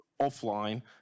offline